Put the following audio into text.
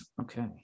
Okay